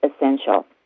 essential